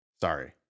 Sorry